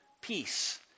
peace